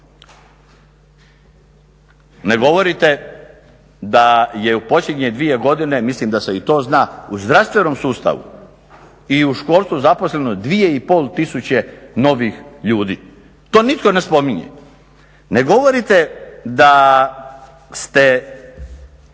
Ne govorite da je posljednje dvije godine, mislim da se i to zna, u zdravstvenom sustavu i u školstvu zaposleno 2,5 novih ljudi. To nitko ne spominje. Ne govorite da ste